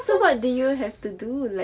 so what did you have to do like